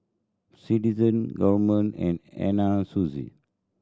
Citizen Gourmet and Anna Sucy